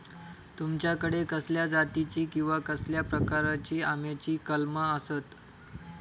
तुमच्याकडे कसल्या जातीची किवा कसल्या प्रकाराची आम्याची कलमा आसत?